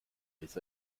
bis